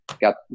got